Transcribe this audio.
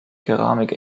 keramik